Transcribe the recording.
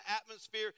atmosphere